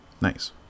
Nice